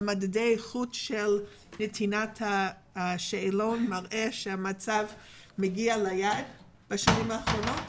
מדדי האיכות של נתינת השאלון מראים שהמצב מגיע ליעד בשנים האחרונות,